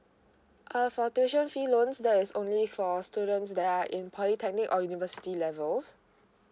uh for tuition fee loans there is only for students that are in polytechnic or university level